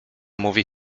mówi